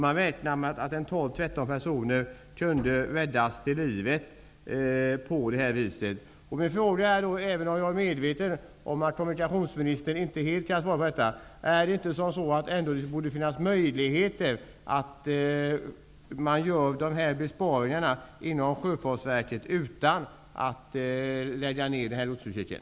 Man räknar med att tolv eller tretton personer kunde räddas till livet på det här viset. Jag vill ställa en fråga till kommunikationsministern, även om jag är medveten om att han inte helt kan svara på den: Borde det ändå inte finnas möjligheter att genomföra dessa besparingar inom Sjöfartsverket utan att lägga ner lotsutkiken?